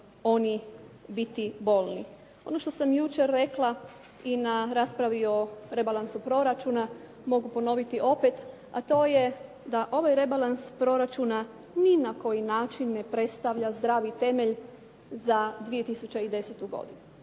oni biti bolni. Ono što sam jučer rekla i na raspravi o rebalansu proračuna mogu ponoviti opet, a to je da ovaj rebalans proračuna ni na koji način ne predstavlja zdravi temelj za 2010. godinu